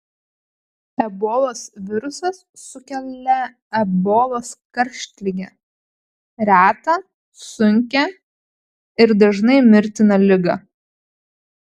ebolos virusas sukelia ebolos karštligę retą sunkią ir dažnai mirtiną ligą